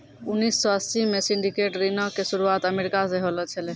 उन्नीस सौ अस्सी मे सिंडिकेटेड ऋणो के शुरुआत अमेरिका से होलो छलै